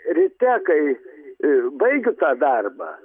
ryte kaip ir baigtą darbą